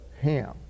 Ham